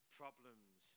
problems